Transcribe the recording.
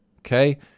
okay